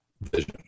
vision